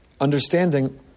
understanding